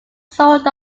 sold